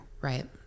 Right